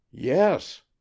Yes